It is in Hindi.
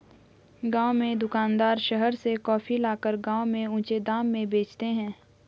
गांव के दुकानदार शहर से कॉफी लाकर गांव में ऊंचे दाम में बेचते हैं